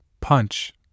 punch